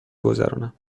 گذرانم